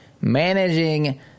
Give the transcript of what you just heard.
managing